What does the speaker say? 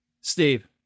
Steve